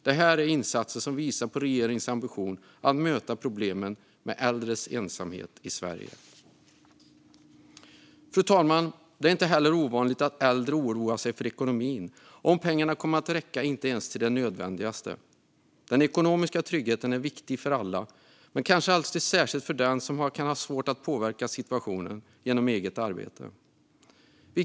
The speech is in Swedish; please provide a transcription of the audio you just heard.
Det här är insatser som visar på regeringens ambition att möta problemen med äldres ensamhet i Sverige. Fru talman! Det är inte heller ovanligt att äldre oroar sig över ekonomin och om pengarna kommer att räcka ens till det nödvändigaste. Den ekonomiska tryggheten är viktig för alla men kanske särskilt för den som kan ha svårt att påverka situationen genom eget arbete.